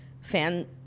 fan